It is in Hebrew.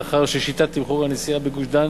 מאחר ששיטת תמחור הנסיעה בגוש-דן